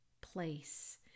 place